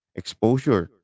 exposure